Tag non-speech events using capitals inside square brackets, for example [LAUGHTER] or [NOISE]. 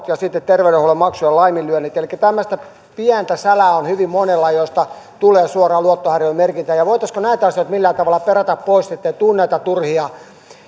[UNINTELLIGIBLE] ja terveydenhuollon maksujen laiminlyönneistä elikkä tämmöistä pientä sälää on hyvin monella joista tulee suoraan luottohäiriömerkintä voitaisiinko näitä asioita millään tavalla perata pois ettei tule näitä turhia